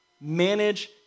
manage